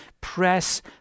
press